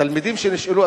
תלמידים שנשאלו,